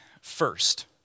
first